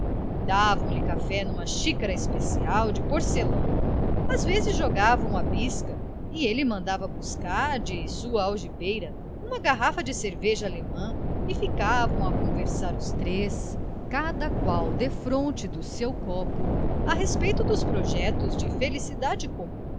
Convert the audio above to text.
dez davam-lhe café numa xícara especial de porcelana às vezes jogavam a bisca e ele mandava buscar de sua algibeira uma garrafa de cerveja alemã e ficavam a conversar os três cada qual defronte do seu copo a respeito dos projetos de felicidade comum